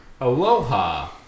Aloha